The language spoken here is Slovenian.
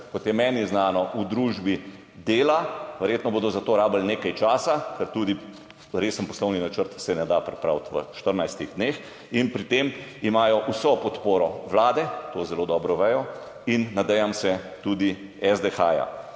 kot je meni znano, v družbi dela. Verjetno bodo za to rabili nekaj časa, ker se resnega poslovnega načrta ne da pripraviti v 14 dneh. Pri tem imajo vso podporo Vlade, to zelo dobro vedo, in, nadejam se, tudi SDH.